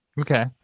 Okay